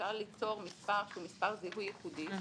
אפשר ליצור מספר זיהוי ייחודי.